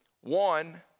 One